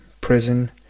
prison